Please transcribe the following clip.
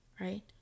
right